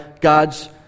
God's